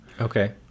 Okay